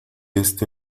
este